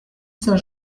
saint